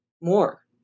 more